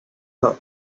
her